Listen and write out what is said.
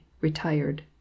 retired